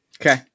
Okay